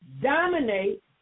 dominate